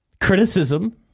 criticism